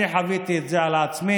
אני חוויתי את זה על עצמי,